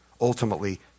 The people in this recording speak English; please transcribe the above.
ultimately